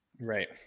Right